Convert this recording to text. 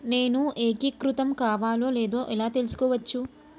నేను ఏకీకృతం కావాలో లేదో ఎలా తెలుసుకోవచ్చు?